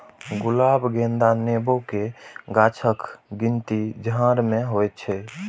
गुलाब, गेंदा, नेबो के गाछक गिनती झाड़ मे होइ छै